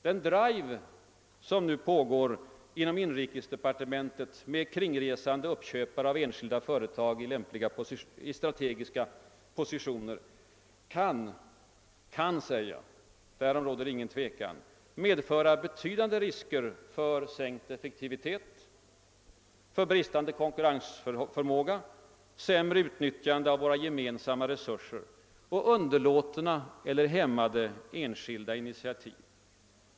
Den »drive» som nu pågår inom industridepartementet med kringresande uppköpare av enskilda företag i lämpliga strategiska positioner kan — därom råder inget tvivel — medföra betydande risker för sänkt effektivitet, bristande konkurrensförmåga, sämre utnyttjande av våra gemensamma resurser och underlåtna eller hämmade enskilda initiativ.